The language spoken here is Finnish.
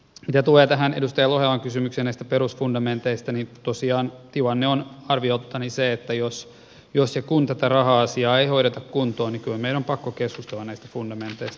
mitä tulee edustaja lohelan kysymykseen näistä perusfundamenteista niin tosiaan tilanne on arvioltani se että jos ja kun tätä raha asiaa ei hoideta kuntoon niin kyllä meidän on pakko keskustella näistä fundamenteista